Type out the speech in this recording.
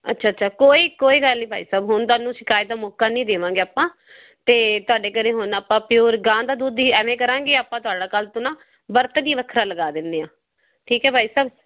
ਅੱਛਾ ਅੱਛਾ ਕੋਈ ਕੋਈ ਗੱਲ ਨਹੀਂ ਭਾਈ ਸਾਹਿਬ ਹੁਣ ਤੁਹਾਨੂੰ ਸ਼ਿਕਾਇਤ ਦਾ ਮੌਕਾ ਨਹੀਂ ਦੇਵਾਂਗੇ ਆਪਾਂ ਤਾਂ ਤੁਹਾਡੇ ਘਰੇ ਹੁਣ ਆਪਾਂ ਪਿਓਰ ਗਾਂ ਦਾ ਦੁੱਧ ਹੀ ਐਵੇਂ ਕਰਾਂਗੇ ਆਪਾਂ ਕਰਾਂਗੇ ਤੁਹਾਡਾ ਕੱਲ੍ਹ ਤੋਂ ਨਾ ਬਰਤਨ ਹੀ ਵੱਖਰਾ ਲਗਾ ਦਿੰਦੇ ਹਾਂ ਠੀਕ ਹੈ ਭਾਈ ਸਾਹਿਬ